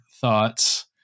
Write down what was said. thoughts